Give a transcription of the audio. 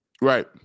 Right